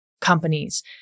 companies